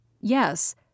Yes